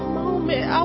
moment